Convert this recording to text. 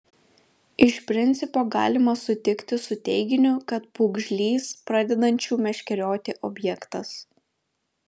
iš principo galima sutikti su teiginiu kad pūgžlys pradedančių meškerioti objektas